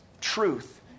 truth